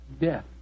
death